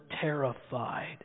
terrified